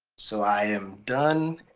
so i am done.